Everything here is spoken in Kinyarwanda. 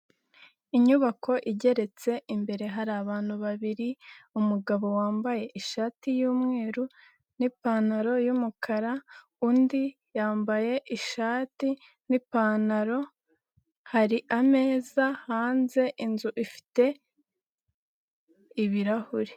Inyubako igeretse imbere hari abantu babiri, umugabo wambaye ishati y'umweru n'ipantaro y'umukara, undi yambaye ishati n'ipantaro hari ameza hanze inzu ifite ibirahure.